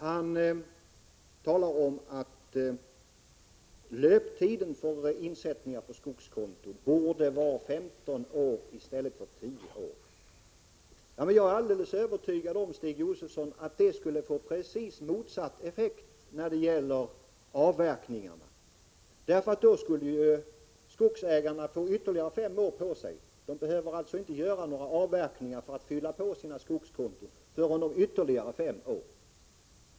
Han talar om att löptiden för avsättningar på skogskonto borde vara 15 år i stället för 10. Jag är alldeles övertygad om, Stig Josefson, att det skulle få precis motsatt effekt när det gäller avverkningarna. Då skulle skogsägarna få ytterligare fem år på sig. De skulle alltså inte behöva göra några avverkningar för att fylla på sina skogskonton förrän efter ytterligare fem år.